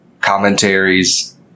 commentaries